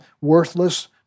worthless